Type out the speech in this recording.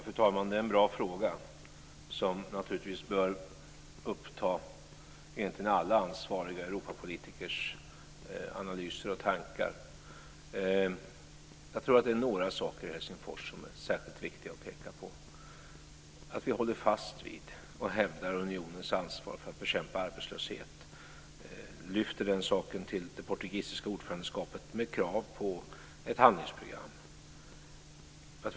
Fru talman! Det är en bra fråga, som bör uppta egentligen alla ansvariga Europapolitikers analyser och tankar. Jag tror att några saker från Helsingfors är särskilt viktiga att peka på. Vi håller fast vid och hävdar unionens ansvar för att bekämpa arbetslöshet. Vi lyfter fram den frågan till det portugisiska ordförandelandet med krav på ett handlingsprogram.